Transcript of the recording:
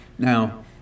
Now